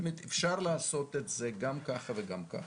אפשר לעשות את זה גם ככה וגם ככה.